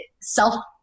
self